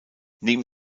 neben